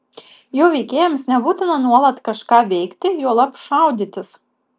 jų veikėjams nebūtina nuolat kažką veikti juolab šaudytis